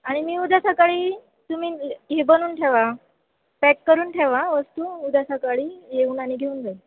आणि मी उद्या सकाळी तुम्ही हे बनवून ठेवा पॅक करून ठेवा वस्तू उद्या सकाळी येऊ आणि घेऊन जाईन